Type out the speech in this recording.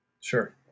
Sure